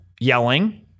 yelling